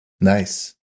Nice